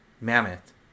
mammoth